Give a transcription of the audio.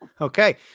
Okay